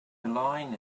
line